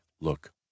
look